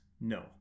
No